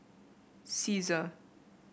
Cesar